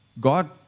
God